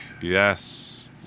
Yes